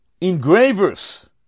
engravers